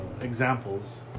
examples